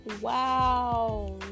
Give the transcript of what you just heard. wow